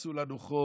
יעשו לנו חוק,